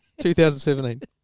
2017